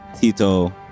Tito